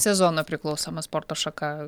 sezono priklausoma sporto šaka